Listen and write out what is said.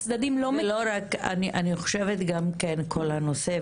אני חושבת גם שכל הנושא,